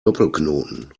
doppelknoten